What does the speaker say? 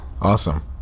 Awesome